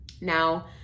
Now